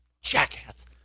jackass